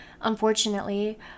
unfortunately